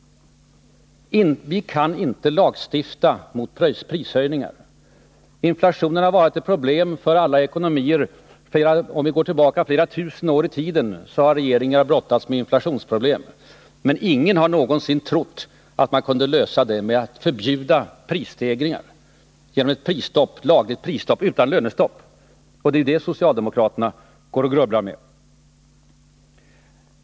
Vi kan inte lagstifta mot prishöjningar. Inflationen har varit ett problem för alla ekonomier. Om vi går tillbaka flera tusen år i tiden, så finner vi att regeringar alltid har brottats med inflationsproblem. Men ingen har någonsin kunnat lösa det problemet genom att förbjuda prisstegringar genom ett lagligt prisstopp utan lönestopp. Det är ju det socialdemokraterna går och grubblar på.